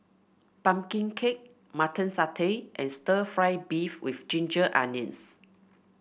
pumpkin cake Mutton Satay and stir fry beef with Ginger Onions